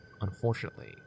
Unfortunately